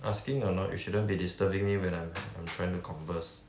asking or not you shouldn't be disturbing me when I'm I'm trying to converse